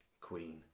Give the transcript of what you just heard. queen